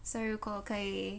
so 如果可以